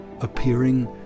appearing